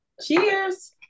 cheers